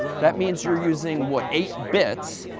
that means you're using what eight bits.